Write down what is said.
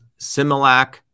Similac